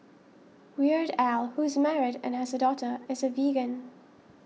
Weird Al who is married and has a daughter is a vegan